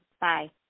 Bye